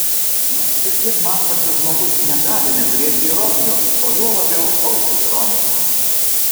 nors šiek tiek mąstantis žmogus negali neturėti ironijos o juo labiau autoironijos